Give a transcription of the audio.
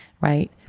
Right